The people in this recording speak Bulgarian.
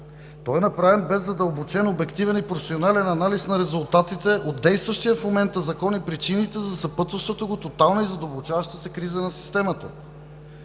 Той е направен без задълбочен, обективен и професионален анализ на резултатите от действащия в момента Закон и причините за съпътстващата го тотална и задълбочаваща се криза на системата.